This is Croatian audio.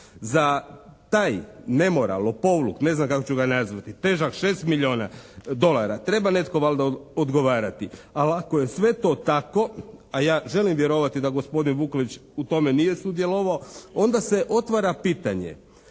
Za taj nemoral, lopovluk, ne znam kako ću ga nazvati težak 6 milijuna dolara treba netko valjda odgovarati. Ali ako je sve to tako, a ja želim vjerovati da gospodin Vukelić u tome nije sudjelovao onda se otvara pitanje